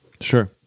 sure